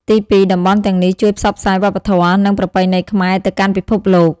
ទីពីរ តំបន់ទាំងនេះជួយផ្សព្វផ្សាយវប្បធម៌ និងប្រពៃណីខ្មែរទៅកាន់ពិភពលោក។